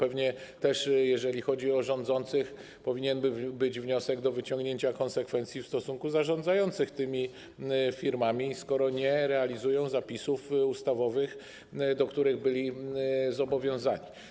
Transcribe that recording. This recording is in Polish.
To pewnie też, jeżeli chodzi o rządzących, powinien być powód do wyciągnięcia konsekwencji w stosunku do zarządzających tymi firmami, skoro nie realizują zapisów ustawowych, do których zostali zobowiązani.